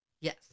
Yes